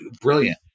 brilliant